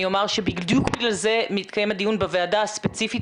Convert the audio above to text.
אני אומר שבדיוק בגלל זה מתקיים הדיון בוועדה הספציפית